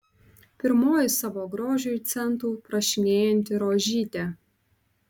pirmoji savo grožiui centų prašinėjanti rožytė